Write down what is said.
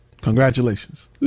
Congratulations